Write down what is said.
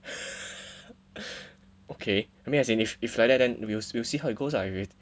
okay I mean as in if if like that then we will see how it goes lah if it's